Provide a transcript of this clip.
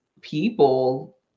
people